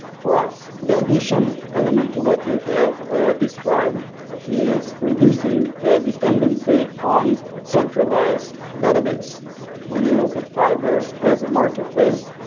for us, the additional element to what you have ah described is we do think that dependency on centralized database when you look at fiverr as a marketplace,